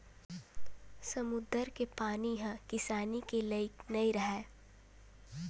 समुद्दर के पानी ह किसानी के लइक नइ राहय